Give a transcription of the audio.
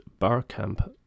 Barcamp